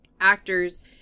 actors